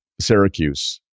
Syracuse